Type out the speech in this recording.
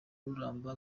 ruramba